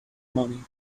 money